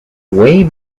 way